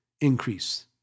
increase